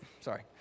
sorry